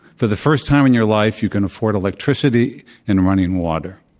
for the first time in your life, you can afford electricity and running water.